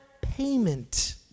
payment